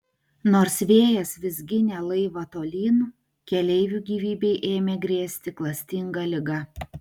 nors vėjas vis ginė laivą tolyn keleivių gyvybei ėmė grėsti klastinga liga